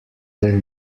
their